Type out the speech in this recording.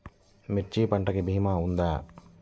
మిర్చి పంటకి భీమా ఉందా?